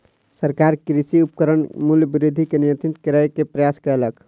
सरकार कृषि उपकरणक मूल्य वृद्धि के नियंत्रित करै के प्रयास कयलक